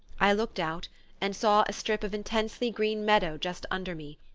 i looked out and saw a strip of intensely green meadow just under me,